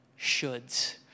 shoulds